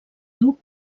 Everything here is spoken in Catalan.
diu